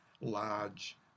large